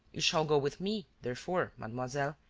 you shall go with me, therefore, mademoiselle,